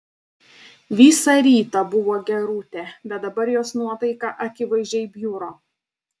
visą rytą buvo gerutė bet dabar jos nuotaika akivaizdžiai bjuro